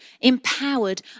empowered